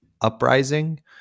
Uprising